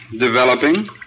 developing